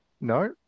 No